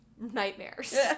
nightmares